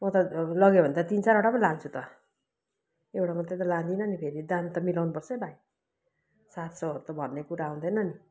म त लगेँ भने त तिन चारवटा पो लान्छु त एउटा मात्रै त लाँदिनँ नि फेरि दाम त मिलाउनुपर्छ है भाइ सात सौहरू त भन्ने कुरा हुँदैन नि